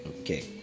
Okay